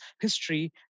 history